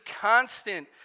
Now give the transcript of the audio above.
constant